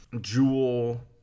jewel